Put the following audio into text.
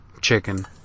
chicken